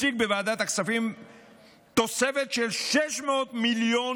הציג בוועדת הכספים תוספת של 600 מיליון